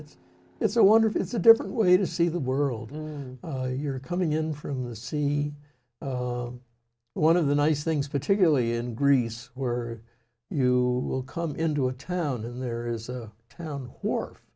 it's it's a wonder if it's a different way to see the world you're coming in from the sea one of the nice things particularly in greece were you will come into a town and there is a town w